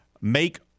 make